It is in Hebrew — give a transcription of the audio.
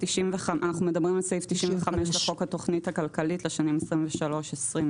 אנחנו מדברים על סעיף 95 לחוק התוכנית הכלכלית לשנים 2023 ו-2024,